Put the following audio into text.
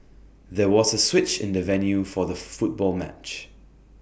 there was A switch in the venue for the football match